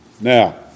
Now